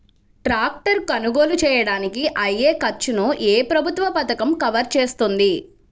Tractor కొనుగోలు చేయడానికి అయ్యే ఖర్చును ఏ ప్రభుత్వ పథకం కవర్ చేస్తుంది?